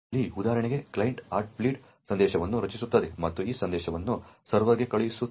ಇಲ್ಲಿ ಉದಾಹರಣೆಗೆ client heartbeat ಸಂದೇಶವನ್ನು ರಚಿಸುತ್ತದೆ ಮತ್ತು ಆ ಸಂದೇಶವನ್ನು ಸರ್ವರ್ಗೆ ಕಳುಹಿಸುತ್ತದೆ